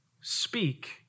speak